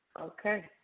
Okay